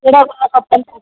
कहिड़ा खपनि